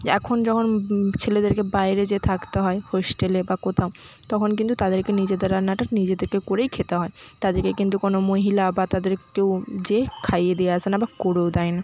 এখন যেমন ছেলেদেরকে বায়রে যেয়ে থাকতে হয় হোস্টেলে বা কোথাও তখন কিন্তু তাদেরকে নিজেদের রান্নাটা নিজেদেরকে করেই খেতে হয় তাদেরকে কিন্তু কোনো মহিলা বা তাদের কেউ যে খাইয়ে দিয়ে আসে না বা করেও দেয় না